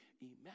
Imagine